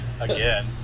again